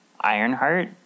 Ironheart